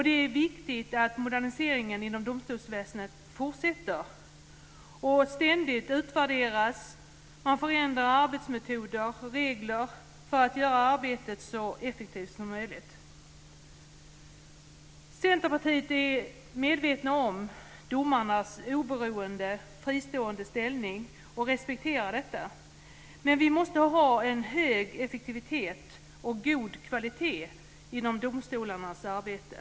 Det är viktigt att moderniseringen inom domstolsväsendet fortsätter och ständigt utvärderas, och att man förändrar arbetsmetoder och regler för att göra arbetet så effektivt som möjligt. Centerpartiet är medvetet om domarnas oberoende och fristående ställning och respekterar denna. Men vi måste ha en hög effektivitet och en god kvalitet inom domstolarnas arbete.